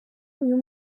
uyu